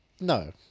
No